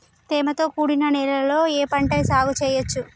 తేమతో కూడిన నేలలో ఏ పంట సాగు చేయచ్చు?